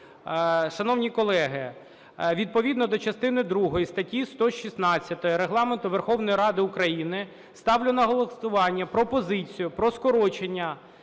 Шановні колеги, відповідно до частини другої статті 116 Регламенту Верховної Ради України ставлю на голосування пропозицію про скорочення